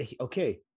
okay